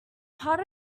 part